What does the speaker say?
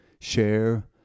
share